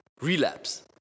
relapse